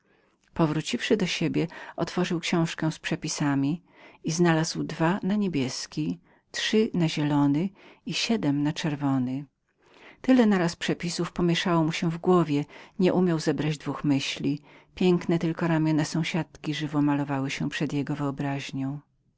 powróciwszy do siebie otworzył swoją książkę z przepisami i znalazł dwa na niebieski trzy na zielony i siedm na czerwony tyle na raz przepisów pomieszało mu się w głowie nie umiał zebrać dwóch myśli piękne tylko ramiona sąsiadki żywo malowały się przed jego wyobraźnią